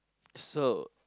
so